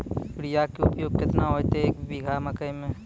Urea के उपयोग केतना होइतै, एक बीघा मकई मे?